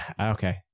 Okay